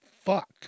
Fuck